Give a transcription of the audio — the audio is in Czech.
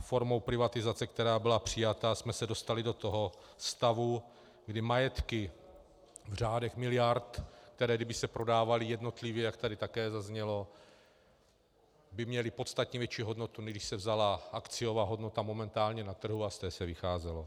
Formou privatizace, která byla přijata, jsme se dostali do stavu, kdy majetky v řádech miliard, které kdyby se prodávaly jednotlivě, jak tady také zaznělo, by měly podstatně větší hodnotu, než když se vzala akciová hodnota momentálně na trhu a z té se vycházelo.